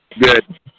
Good